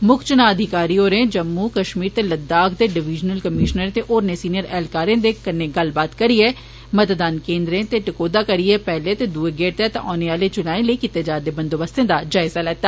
मुक्ख चुनां अधिकारी होरें जम्मू कश्मीर ते लद्दाख दे डिवीजनल कमिशनरें ते होरनें सीनियर ऐह्लकारें दे कन्नै गल्लबात करियै मतदान केन्द्रें ते टकोह्दा करियै पैहले ते दुए गेड़ तैह्त होने आहले चुनाएं लेई कीते जा'रदे बंदोबस्तें दा जायजा लैता